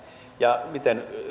ja